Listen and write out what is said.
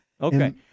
Okay